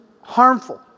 harmful